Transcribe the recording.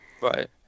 right